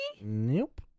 Nope